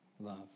love